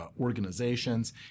organizations